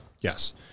Yes